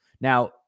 Now